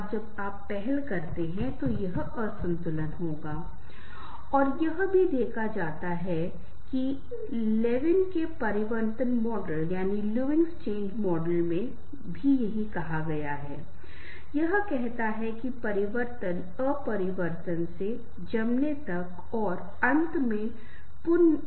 जैसा कि मैंने पहले ही उल्लेख किया है कि जब भी हमें कोई समस्या होती है तो हम एक ऐसे व्यक्ति के पास जाते हैं जहां मुझे कुछ समाधान मिल सकता है और इसीलिए दूसरों के साथ संबंध बनाना भी आवश्यक हो जाता है